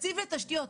תקציב לתשתיות.